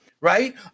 right